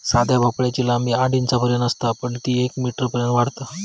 साध्या भोपळ्याची लांबी आठ इंचांपर्यंत असता पण ती येक मीटरपर्यंत वाढता